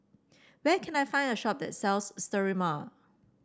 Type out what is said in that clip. where can I find a shop that sells Sterimar